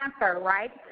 right